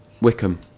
Wickham